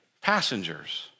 passengers